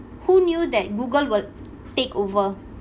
who knew that google will take over